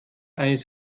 eines